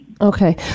Okay